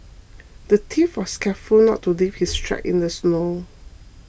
the thief was careful not to leave his tracks in the snow